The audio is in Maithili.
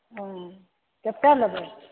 केतेक लेबै